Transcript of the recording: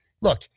look